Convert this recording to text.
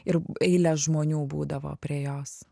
ir eilės žmonių būdavo prie jos